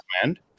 command